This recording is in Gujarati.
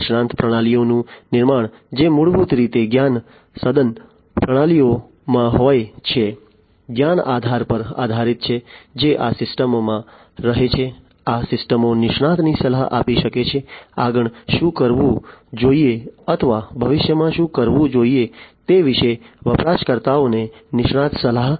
નિષ્ણાત પ્રણાલીઓનું નિર્માણ જે મૂળભૂત રીતે જ્ઞાન સઘન પ્રણાલીઓમાં હોય છે જ્ઞાન આધાર પર આધારિત છે જે આ સિસ્ટમોમાં રહે છે આ સિસ્ટમો નિષ્ણાતની સલાહ આપી શકે છે આગળ શું કરવું જોઈએ અથવા ભવિષ્યમાં શું કરવું જોઈએ તે વિશે વપરાશકર્તાઓને નિષ્ણાત સલાહ